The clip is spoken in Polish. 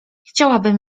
chciałabym